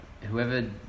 whoever